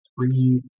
three